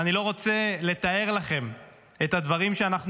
ואני לא רוצה לתאר לכם את הדברים שאנחנו